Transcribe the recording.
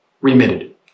remitted